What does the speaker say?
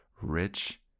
rich